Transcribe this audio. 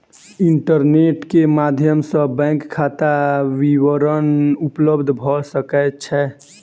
internet के माध्यम सॅ बैंक खाता विवरण उपलब्ध भ सकै छै